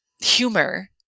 humor